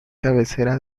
cabecera